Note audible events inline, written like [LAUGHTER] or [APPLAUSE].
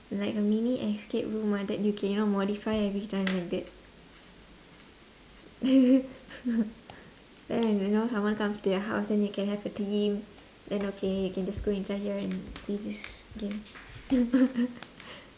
like a mini escape room uh that you can you know modify everytime like that [LAUGHS] then when you know someone comes to your house then you can have a theme then okay you can just go inside here and play this game [LAUGHS]